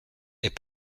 est